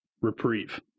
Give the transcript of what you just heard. reprieve